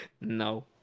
No